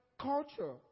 culture